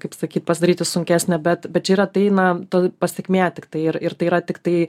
kaip sakyt pasidaryti sunkesnė bet bet čia ir tai na ta pasekmė tiktai ir ir tai yra tiktai